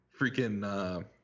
freaking